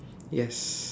yes